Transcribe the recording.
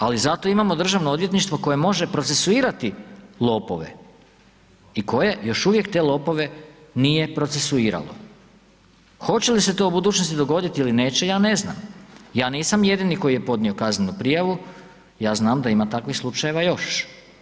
Ali zato imamo državno odvjetništvo koje može procesuirati lopove i koje još uvijek te lopove nije procesuiralo, hoće li se to u budućnosti dogoditi ili neće, ja ne znam, ja nisam jedini koji je podnio kaznenu prijavu, ja znam da ima takvih slučajeva još.